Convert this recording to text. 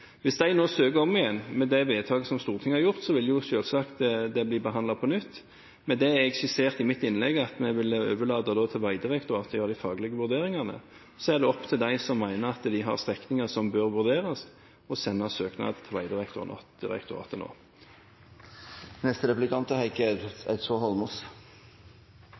Hvis de nå søker om igjen med det vedtaket Stortinget har fattet, vil selvsagt saken bli behandlet på nytt. Det jeg skisserte i mitt innlegg, var at vi ville overlate til Vegdirektoratet å foreta de faglige vurderingene, og så er det opp til dem som mener at de har strekninger som bør vurderes, å sende søknad til Vegdirektoratet nå.